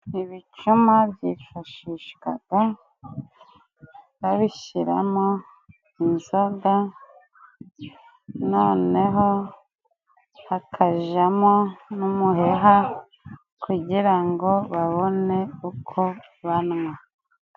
Ibicuma byifashishwaga babishyiramo inzoga noneho hakajamo n'umuheha kugira ngo babone uko banwa.